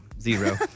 Zero